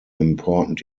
important